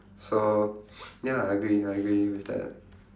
so ya agree I agree with that